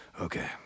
okay